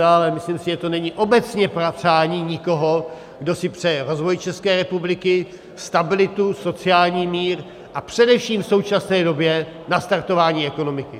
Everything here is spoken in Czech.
Ale myslím si, že to není obecně přání nikoho, kdo si přeje rozvoj České republiky, stabilitu, sociální mír, a především v současné době nastartování ekonomiky.